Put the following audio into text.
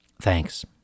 Thanks